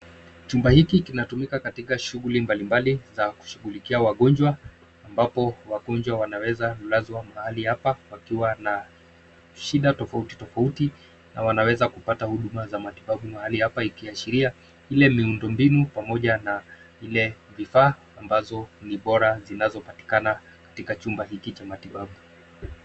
Chumba hiki kinatumika katika shughuli mbalimbali za kushughulikia wagonjwa; ambapo wagonjwa wanaweza kulazwa mahali hapa wakiwa na shida tofauti, tofauti na wanaweza kupata huduma za matibabu mahali hapa ikiashiria ile miundo mbinu pamoja na ile vifaa ambazo ni bora zinazopatikana katika chumba hiki cha matibabu.